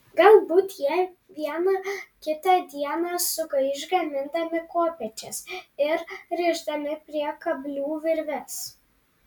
galbūt jie vieną kitą dieną sugaiš gamindami kopėčias ir rišdami prie kablių virves